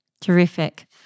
Terrific